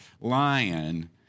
lion